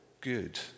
good